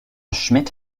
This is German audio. schmidt